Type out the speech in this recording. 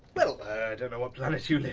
well. i don't know what planet you live